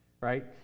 right